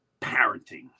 parenting